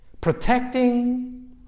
protecting